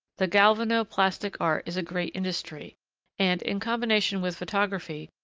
the galvano-plastic art is a great industry and, in combination with photography,